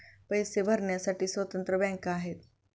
पैसे भरण्यासाठी स्वतंत्र बँका आहेत